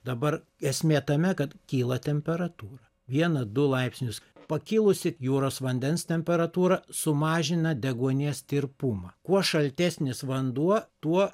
dabar esmė tame kad kyla temperatūra vieną du laipsnius pakilusi jūros vandens temperatūra sumažina deguonies tirpumą kuo šaltesnis vanduo tuo